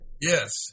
Yes